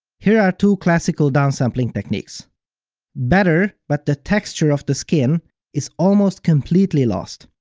here are two classical downsampling techniques better, but the texture of the skin is almost completely lost.